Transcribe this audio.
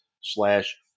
slash